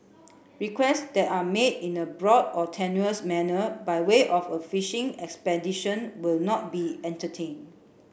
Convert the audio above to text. requests that are made in a broad or tenuous manner by way of a fishing expedition will not be entertained